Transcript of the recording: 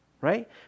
right